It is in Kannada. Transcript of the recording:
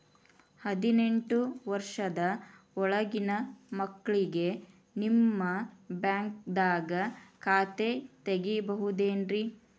ಹದಿನೆಂಟು ವರ್ಷದ ಒಳಗಿನ ಮಕ್ಳಿಗೆ ನಿಮ್ಮ ಬ್ಯಾಂಕ್ದಾಗ ಖಾತೆ ತೆಗಿಬಹುದೆನ್ರಿ?